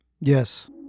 Yes